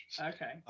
Okay